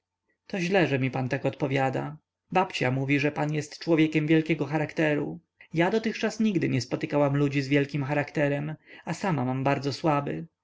to źle że mi pan tak odpowiada babcia mówi że pan jest człowiekiem wielkiego charakteru ja dotychczas nigdy nie spotykałam ludzi z wielkim charakterem a sama mam bardzo słaby